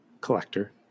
collector